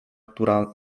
która